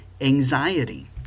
anxiety